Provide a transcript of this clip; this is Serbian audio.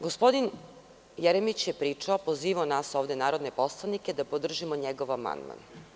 Gospodin Jeremić je pričao, pozivao nas ovde narodne poslanike, da podržimo njegov amandman.